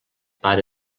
pare